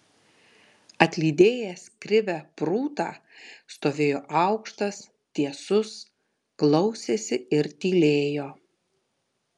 atlydėjęs krivę prūtą stovėjo aukštas tiesus klausėsi ir tylėjo